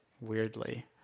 weirdly